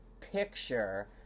picture